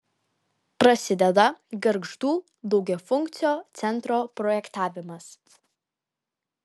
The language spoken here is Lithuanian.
prasideda gargždų daugiafunkcio centro projektavimas